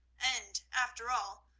and, after all,